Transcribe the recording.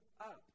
up